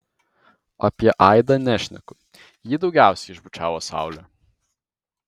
apie aidą nešneku jį daugiausiai išbučiavo saulė